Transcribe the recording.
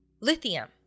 lithium